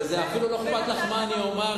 אפילו לא אכפת לך מה אני אומר,